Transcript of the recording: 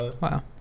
Wow